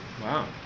Wow